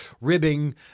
ribbing